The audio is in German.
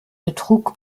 betrug